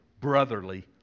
brotherly